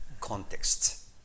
context